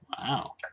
Wow